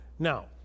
Now